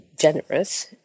generous –